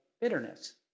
bitterness